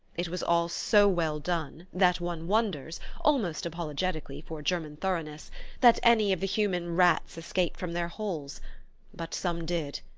it was all so well done that one wonders almost apologetically for german thoroughness that any of the human rats escaped from their holes but some did,